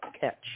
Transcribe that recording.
catch